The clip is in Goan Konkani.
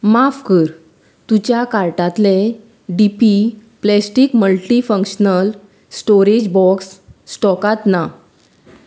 माफ कर तुज्या कार्टांतलें D P plastic multifunctional storage box स्टॉकात ना